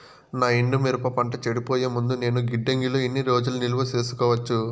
నా ఎండు మిరప పంట చెడిపోయే ముందు నేను గిడ్డంగి లో ఎన్ని రోజులు నిలువ సేసుకోవచ్చు?